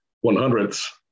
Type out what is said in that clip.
one-hundredths